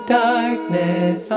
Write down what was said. darkness